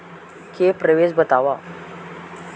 के प्रकार बतावव?